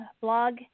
blog